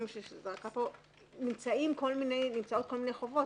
נמצאות כל מיני חובות,